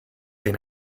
seen